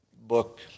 book